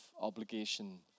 obligation